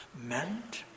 meant